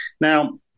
Now